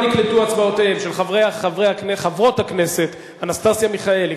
לא נקלטו הצבעותיהם של חברת הכנסת אנסטסיה מיכאלי,